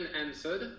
unanswered